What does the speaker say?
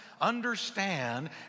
understand